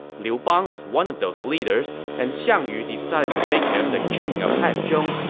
liu bang was one of those leaders, and xiang yu decided to make him the king of hanzhong,